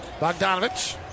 Bogdanovich